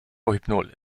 rohypnol